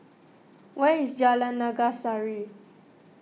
where is Jalan Naga Sari